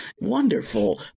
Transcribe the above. Wonderful